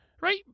right